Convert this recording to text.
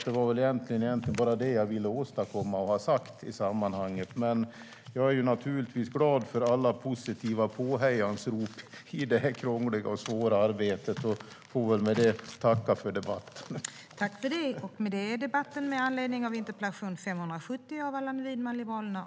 Det var egentligen bara det jag ville ha sagt i sammanhanget. Överläggningen var härmed avslutad.